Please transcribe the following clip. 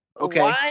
Okay